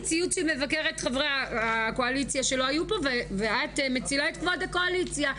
ציוץ שמבקר את חברי הקואליציה שלא היו פה ואת מצילה את כבוד הקואליציה.